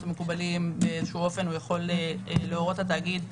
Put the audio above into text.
המקובלים כי אז באיזשהו אופן הוא יכול להורות לתאגיד,